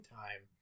time